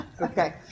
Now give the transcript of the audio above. Okay